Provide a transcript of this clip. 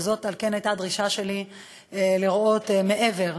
וזאת, על כן, הייתה הדרישה שלי לראות מעבר.